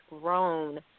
grown